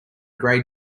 gray